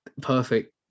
perfect